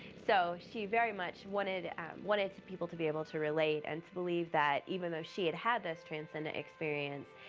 so she very much wanted wanted people to be able to relate and believe that even though she had had this transcendent experience,